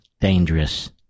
dangerous